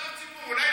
כתבת סיפור.